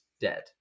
dead